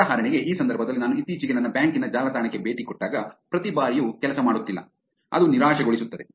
ಉದಾಹರಣೆಗೆ ಈ ಸಂದರ್ಭದಲ್ಲಿ ನಾನು ಇತ್ತೀಚೆಗೆ ನನ್ನ ಬ್ಯಾಂಕಿನ ಜಾಲತಾಣಕ್ಕೆ ಭೇಟಿ ಕೊಟ್ಟಾಗ ಪ್ರತಿ ಬಾರಿಯೂ ಕೆಲಸ ಮಾಡುತ್ತಿಲ್ಲ ಅದು ನಿರಾಶೆಗೊಳಿಸುತ್ತದೆ